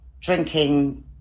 drinking